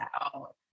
out